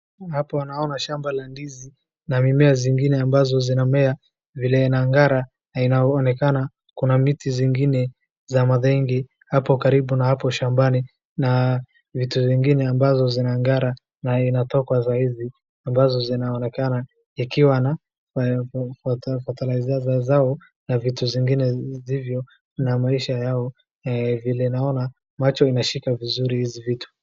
Hapo naona shamba la ndizi na mimea zingine ambazo zinamea vile inang'ara, inaonekana kuna miti zingine za mathenge hapo karibu na hapo shambani vitu vingine ambazo zinang'ara na inatokwa sahizi ambazo zinaonekana, ikiwa na fertilizers zao na vitu zingine na maisha yao, vile naona macho inashika vizuri hizi vitu.